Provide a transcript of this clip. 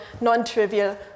non-trivial